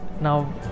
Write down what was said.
now